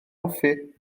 hoffi